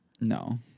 No